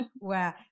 Wow